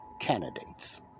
candidates